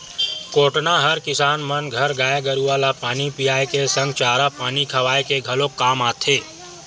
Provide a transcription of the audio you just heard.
कोटना हर किसान मन घर गाय गरुवा ल पानी पियाए के संग चारा पानी खवाए के घलोक काम आथे